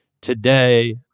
today